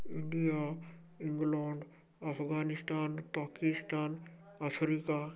India England Afghanistan Pakistan Africa